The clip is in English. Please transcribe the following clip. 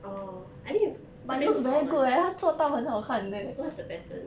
orh I think it's getting common what's the pattern